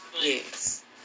Yes